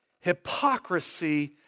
hypocrisy